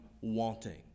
wanting